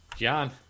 John